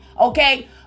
okay